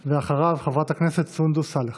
ואחריו, חברת הכנסת סונדוס סאלח,